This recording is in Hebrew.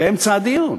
באמצע הדיון.